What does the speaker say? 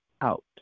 out